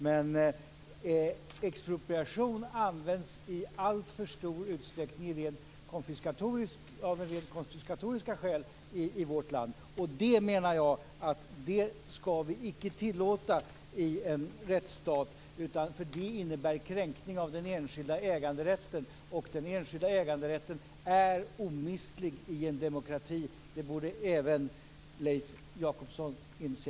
Men expropriation används i alltför stor utsträckning av rent konfiskatoriska skäl i vårt land. Det menar jag att vi inte skall tillåta i en rättsstat. Det innebär en kränkning av den enskilda äganderätten, och den enskilda äganderätten är omistlig i en demokrati. Det borde även Leif Jakobsson inse.